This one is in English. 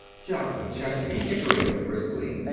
jock mcchesney, entering briskly,